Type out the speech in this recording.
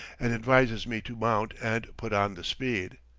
and advises me to mount and put on the speed.